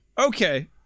Okay